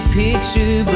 picture